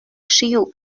شیوع